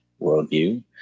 worldview